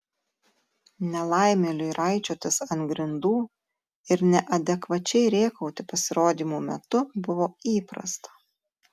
nelaimėliui raičiotis ant grindų ir neadekvačiai rėkauti pasirodymų metu buvo įprasta